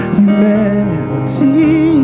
humanity